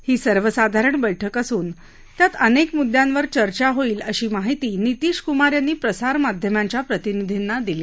ही सर्वसाधारण बैठक असून त्यात अनेक मुद्दयांवर चर्चा होईल अशी माहिती नितीश कुमार यांनी प्रसारमाध्यमांचा प्रतिनिधींना दिली